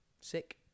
Sick